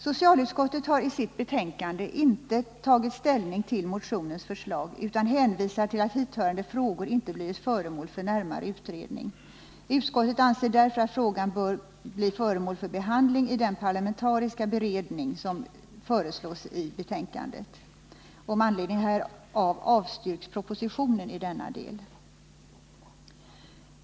Socialutskottet har i sitt betänkande inte tagit ställning till motionens förslag utan hänvisar till att hithörande frågor inte har blivit föremål för närmare utredning. Utskottet anser därför att frågan bör bli föremål för behandling i den parlamentariska beredning som föreslås i betänkandet. Med anledning härav avstyrks propositionen i denna del.